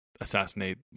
assassinate